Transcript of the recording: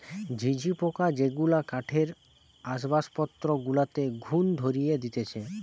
ঝিঝি পোকা যেগুলা কাঠের আসবাবপত্র গুলাতে ঘুন ধরিয়ে দিতেছে